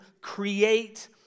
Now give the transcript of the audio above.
create